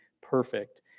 perfect